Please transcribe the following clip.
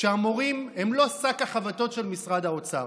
שהמורים הם לא שק החבטות של משרד האוצר.